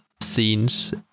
scenes